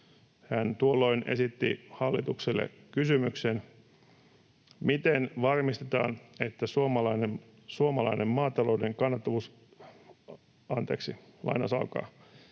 Hän tuolloin esitti hallitukselle kysymyksen: ”Miten varmistetaan, että suomalainen maatalouden kannattavuuskehityksen suunta saadaan